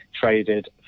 traded